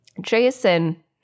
Jason